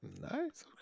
Nice